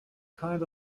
kind